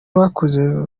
bakuze